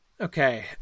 Okay